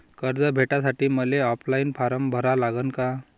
कर्ज भेटासाठी मले ऑफलाईन फारम भरा लागन का?